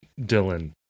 Dylan